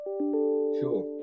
Sure